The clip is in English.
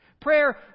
Prayer